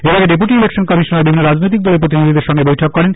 এর আগে deputy election commissioner বিভিন্ন রাজনৈতিক দলের প্রতিনিধিদের সঙ্গে বৈঠক করেন